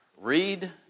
Read